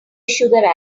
sugar